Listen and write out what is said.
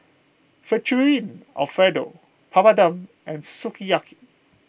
Alfredo Papadum and Sukiyaki